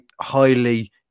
highly